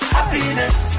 Happiness